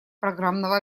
программного